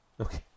Okay